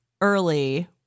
early